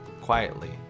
quietly